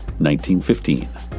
1915